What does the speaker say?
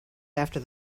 after